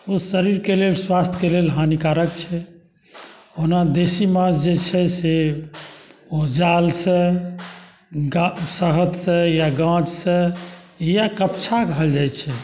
ओ शरीरके लेल स्वास्थ्यके लेल हानिकारक छै ओना देशी माँछ जे छै से ओ जालसँ शहदसँ या गाछसँ या कपछा कहल जाइत छै